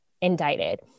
indicted